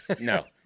no